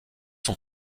son